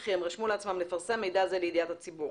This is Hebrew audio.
וכי הם רשמו לעצמם לפרסם מידע זה לידיעת הציבור.